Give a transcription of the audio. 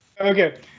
Okay